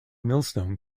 millstone